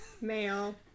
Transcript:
Male